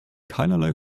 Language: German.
keinerlei